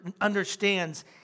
understands